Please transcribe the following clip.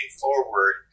forward